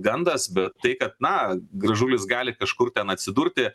gandas bet tai kad na gražulis gali kažkur ten atsidurti